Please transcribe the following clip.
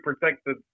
protected